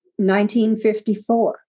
1954